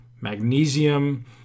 magnesium